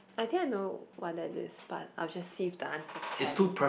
I think I know what that is but I will just see if the answers tally